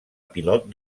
pilot